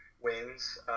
wins